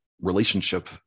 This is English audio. relationship